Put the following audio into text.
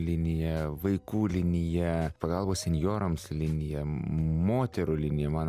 linija vaikų linija pagalba senjorams linija moterų linija man